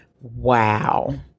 Wow